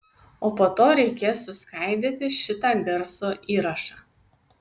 o po to reikės suskaidyti šitą garso įrašą